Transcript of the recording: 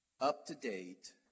up-to-date